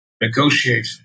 negotiate